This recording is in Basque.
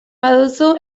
baduzu